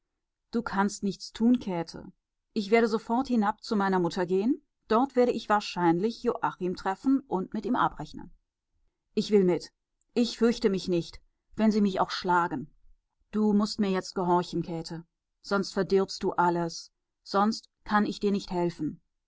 du kannst nichts tun käthe ich werde sofort hinab zu meiner mutter gehen dort werde ich wahrscheinlich joachim treffen und mit ihm abrechnen ich will mit ich fürchte mich nicht wenn sie mich auch schlagen du mußt mir jetzt gehorchen käthe sonst verdirbst du alles sonst kann ich dir nicht helfen